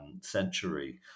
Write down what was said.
century